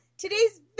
Today's